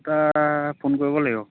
তাক ফোন কৰিব লাগিব